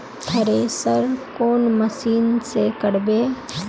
Thresher कौन machine से करबे?